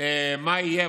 מה יהיה,